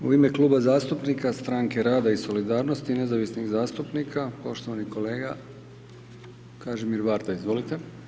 U ime kluba zastupnika Stranke rada i solidarnosti i nezavisnih zastupnika, poštovani kolega Kažimir Varda, izvolite.